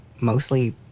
mostly